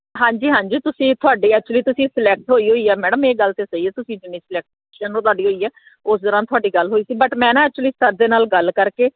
ਹਾਂਜੀ ਹਾਂਜੀ ਤੁਸੀਂ ਤੁਹਾਡੀ ਐਕਚੁਲੀ ਤੁਸੀਂ ਸਲੈਕਟ ਹੋਈ ਹੋਈ ਆ ਮੈਡਮ ਇਹ ਗੱਲ ਤਾਂ ਸਹੀ ਹੈ ਤੁਸੀਂ ਜਿੰਨੀ ਸਲੈਕਸ਼ਨ ਉਹ ਤੁਹਾਡੀ ਹੋਈ ਆ ਉਸ ਦੌਰਾਨ ਤੁਹਾਡੀ ਗੱਲ ਹੋਈ ਸੀ ਬਟ ਮੈਂ ਨਾ ਐਕਚੁਲੀ ਸਰ ਦੇ ਨਾਲ ਗੱਲ ਕਰਕੇ